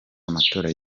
amatora